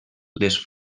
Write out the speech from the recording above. les